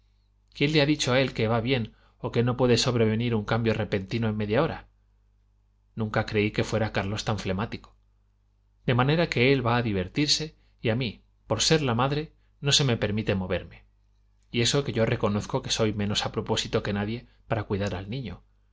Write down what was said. quién le ha dicho a él que va bien o que no puede sobrevenir un cambio repentino en media hora nunca creí que fuera carlos tan flemático de manera que él va a divertirse y a mí por ser la madre no se me permite moverme y eso que yo reconozco que soy menos a propósito que nadie para cuidar al niño